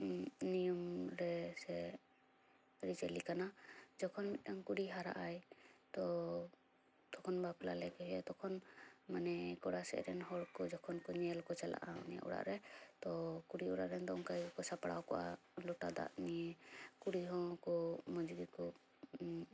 ᱱᱤᱭᱚᱢ ᱨᱮ ᱥᱮ ᱟᱹᱨᱤ ᱪᱟᱹᱞᱤ ᱠᱟᱱᱟ ᱡᱚᱠᱷᱚᱱ ᱢᱤᱫᱴᱟᱝ ᱠᱩᱲᱤᱭ ᱦᱟᱨᱟᱜᱼᱟ ᱛᱚ ᱛᱚᱠᱷᱚᱱ ᱵᱟᱯᱞᱟ ᱞᱮᱠ ᱮ ᱦᱩᱭᱩᱜᱼᱟ ᱛᱚᱠᱷᱚᱱ ᱢᱟᱱᱮ ᱠᱚᱲᱟ ᱥᱮᱫ ᱨᱮᱱ ᱦᱚᱲ ᱠᱚ ᱡᱚᱠᱷᱚᱱ ᱧᱮᱞ ᱠᱚ ᱪᱟᱞᱟᱜᱼᱟ ᱩᱱᱤ ᱚᱲᱟᱜ ᱨᱮ ᱛᱚ ᱠᱩᱲᱤ ᱚᱲᱟᱜ ᱨᱮᱱ ᱫᱚ ᱚᱱᱠᱟ ᱜᱮᱠᱚ ᱥᱟᱯᱲᱟᱣ ᱠᱚᱜᱼᱟ ᱞᱚᱴᱟ ᱫᱟᱜ ᱱᱤᱭᱮ ᱠᱩᱲᱤ ᱦᱚᱠᱚ ᱢᱚᱡᱽ ᱜᱮᱠᱚ